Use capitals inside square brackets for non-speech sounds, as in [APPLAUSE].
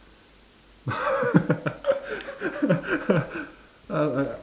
[LAUGHS] I I I